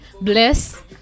Bless